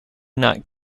nut